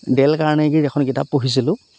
Dell কাৰ্ণেগীৰ এখন কিতাপ পঢ়িছিলোঁ